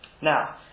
Now